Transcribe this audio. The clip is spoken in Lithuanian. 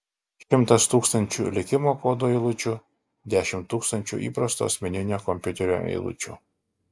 šimtas tūkstančių likimo kodo eilučių dešimt tūkstančių įprasto asmeninio kompiuterio eilučių